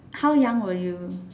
how young were you